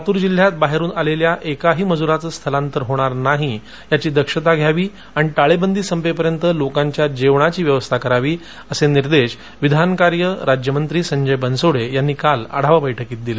लातूर जिल्ह्यातून बाहेरून आलेल्या एकाही मजूराचे स्थलांतर होणार नाही याची दक्षता घ्यावी आणि टाळेबंदी संपेपर्यंत या लोकांच्या जेवणाची व्यवस्था करावी असे निर्देश विधानकार्य राज्यमंत्री संजय बनसोडे यांनी काल आढावा बैठकीत दिले